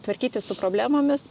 tvarkytis su problemomis